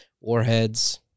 warheads